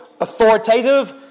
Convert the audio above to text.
authoritative